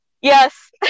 yes